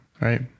right